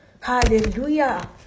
Hallelujah